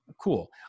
Cool